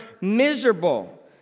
miserable